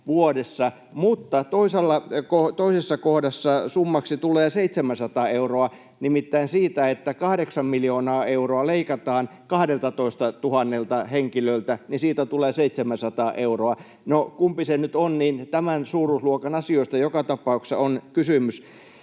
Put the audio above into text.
mutta toisessa kohdassa summaksi tulee 700 euroa, nimittäin siitä, että kun kahdeksan miljoonaa euroa leikataan 12 000 henkilöltä, niin siitä tulee 700 euroa. No, kumpi se nyt on, niin tämän suuruusluokan asioista joka tapauksessa on kysymys.